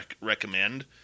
recommend